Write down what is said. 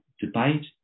debate